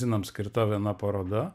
zinams skirta viena paroda